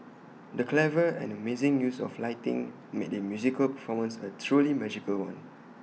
the clever and amazing use of lighting made the musical performance A truly magical one